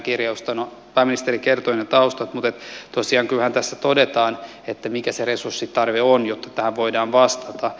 no pääministeri kertoi ne taustat mutta tosiaan kyllähän tässä todetaan mikä se resurssitarve on jotta tähän voidaan vastata